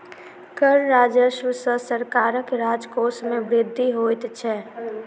कर राजस्व सॅ सरकारक राजकोश मे वृद्धि होइत छै